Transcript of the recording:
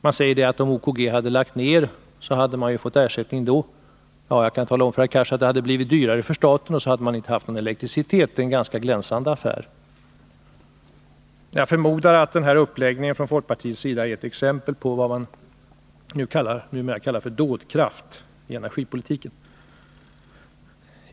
Man säger att om OKG lagt ned verksamheten hade man ju fått ersättning då. Ja, jag kan tala om för herr Cars att det hade blivit dyrare för staten, och så hade man inte haft någon elektricitet från ett block. Det är en ganska glänsande affär. Jag förmodar att den här uppläggningen från folkpartiets sida är ett exempel på vad man numera kallar för dådkraft i energipolitiken.